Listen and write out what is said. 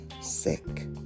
sick